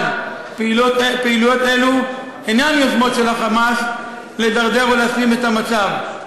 אבל פעילויות אלו אינן יוזמות של ה"חמאס" לדרדר או להשלים את המצב,